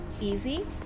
easy